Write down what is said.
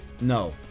no